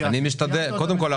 קודם כול,